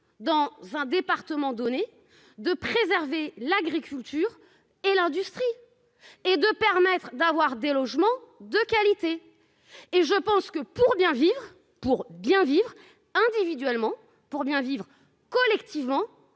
dans un département donné, de préserver l'agriculture et l'industrie et de permettre d'avoir des logements de qualité. Et je pense que pour bien vivre pour bien vivre individuellement pour bien vivre collectivement